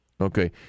Okay